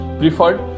preferred